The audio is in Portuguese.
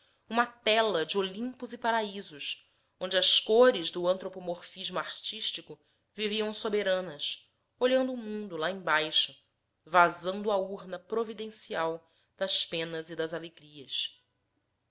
uma tela de olimpos e paraísos onde as cores do antropoformismo artístico viviam soberanas olhando o mundo lá embaixo vazando a urna providencial das penas e das alegrias